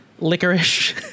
licorice